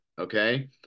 Okay